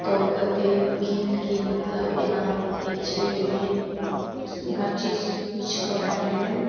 तऽ उ बतेलखिन कि मतलब एना बनय छै ओइमे हर चीज पुछिकऽ बनेलहुँ